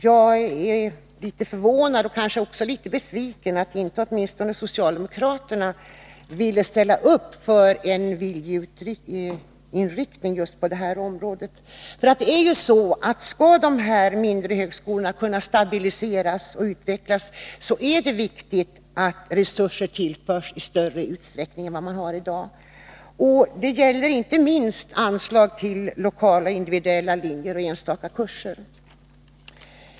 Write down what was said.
Jag är litet förvånad och kanske också besviken över att socialdemokraterna inte vill ställa sig bakom en viljeyttring just på det här området. Om de mindre högskolorna skall kunna stabiliseras och utvecklas, är det viktigt att resurser tillförs dem i större utsträckning än i dag. Det gäller inte minst anslag till lokala individuella linjer och enstaka kurser.